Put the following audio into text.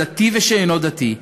דתי ושאינו דתי,